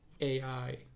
AI